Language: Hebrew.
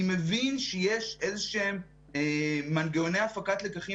אני מבין שיש איזשהם מנגנוני הפקת לקחים